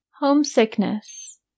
Homesickness